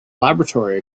laboratory